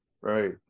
right